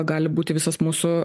gali būti visas mūsų